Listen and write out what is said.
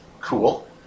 cool